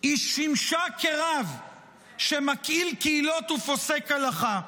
היא שימשה כרב שמקהיל קהילות ופוסק הלכה.